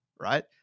Right